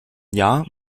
jahr